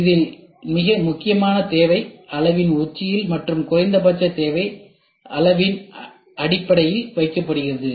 இதில் மிக முக்கியமான தேவை அளவின் உச்சியில் மற்றும் குறைந்தபட்ச தேவை அளவின் அடிப்பகுதியில் வைக்கப்படுகிறது